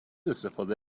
استفاده